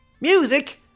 Music